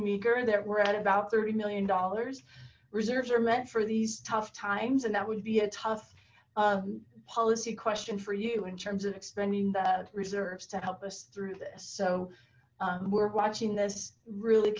weaker that we're at about thirty million dollars reserves are meant for these tough times and that would be a tough policy question for you in terms of expending that reserves to help us through this so we're watching this really